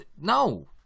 No